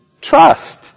trust